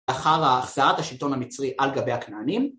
‫לאחר החסרת השלטון המצרי ‫על גבי הקננים.